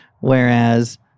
Whereas